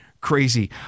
crazy